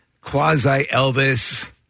quasi-Elvis